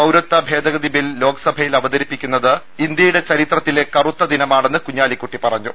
പൌരത്വ ഭേദ ഗതി ബിൽ ലോക്സഭയിൽ അവതരിപ്പിക്കുന്ന ഇന്ന് ഇന്ത്യയുടെ ചരിത്രത്തിലെ കറുത്ത ദിനമാണെന്ന് കുഞ്ഞാലിക്കുട്ടി പറഞ്ഞു